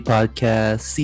Podcast